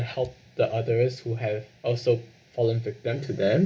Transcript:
and help the others who have also fallen victim to them